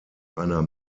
einer